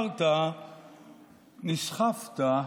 נסחפת,